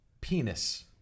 penis